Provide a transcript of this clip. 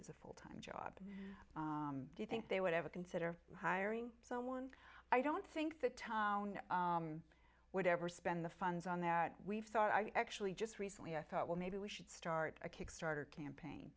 is a full time job do you think they would ever consider hiring someone i don't think that time would ever spend the funds on that we've thought i actually just recently i thought well maybe we should start a kickstarter campaign